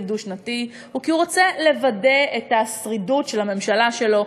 דו-שנתי היא כי הוא רוצה לוודא את השרידות של הממשלה שלו.